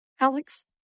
Alex